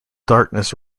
darkness